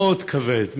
מאוד כבד,